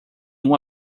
uma